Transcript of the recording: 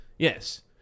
Yes